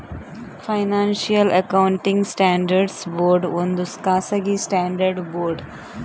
financial accounting standards board ಒಂದು ಖಾಸಗಿ standard board